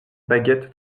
baguette